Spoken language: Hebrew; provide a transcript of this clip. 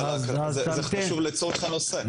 זה חשוב לצורך הנושא.